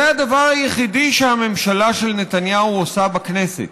זה הדבר היחידי שהממשלה של נתניהו עושה בכנסת.